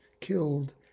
killed